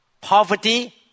poverty